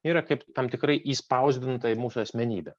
yra kaip tam tikrai įspausdinta į mūsų asmenybę